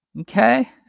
Okay